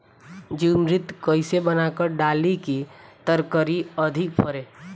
जीवमृत कईसे बनाकर डाली की तरकरी अधिक फरे?